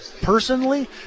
personally